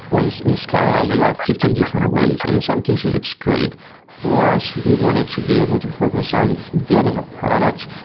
when in scala, you have fifteen different ways, and in some cases it's great for us, we wanted to be able to focus on building a product.